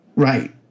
Right